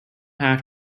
have